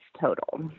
total